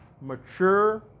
mature